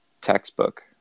textbook